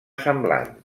semblant